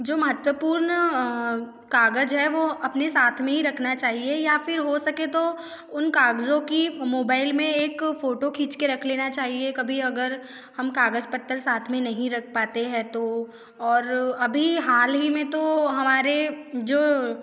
जो महत्वपूर्ण कागज़ है वो अपने साथ में ही रखना चाहिए या फिर हो सके तो उन कागज़ों की मोबाइल में एक फ़ोटो खींच के रख लेना चाहिए कभी अगर हम कागज़ पत्र साथ में नहीं रख पाते हैं तो और अभी हाल ही में तो हमारे जो